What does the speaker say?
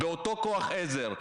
באותו כוח עזר,